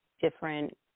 different